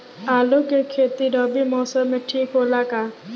आलू के खेती रबी मौसम में ठीक होला का?